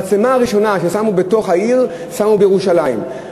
את המצלמה הראשונה ששמו בתוך העיר שמו בירושלים,